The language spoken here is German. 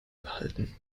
behalten